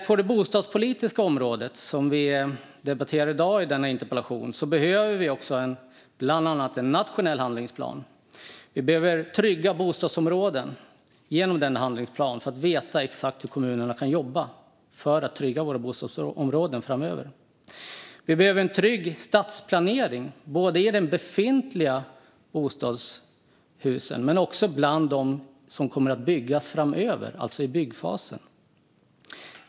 På det bostadspolitiska området, som vi debatterar i dag utifrån denna interpellation, behöver vi bland annat en nationell handlingsplan för trygga bostadsområden, för att veta exakt hur kommunerna kan jobba för att trygga våra bostadsområden framöver. Vi behöver en trygg stadsplanering när det gäller både de befintliga bostadshusen och de som kommer att byggas framöver, alltså i byggfasen.